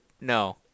No